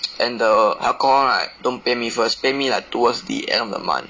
and the alcohol right don't pay me first pay me like towards the end of the month